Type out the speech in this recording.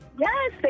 Yes